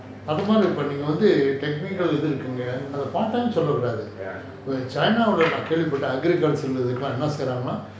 ya